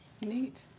Neat